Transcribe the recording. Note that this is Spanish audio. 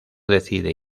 decide